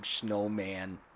snowman